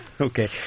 Okay